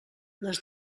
les